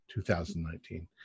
2019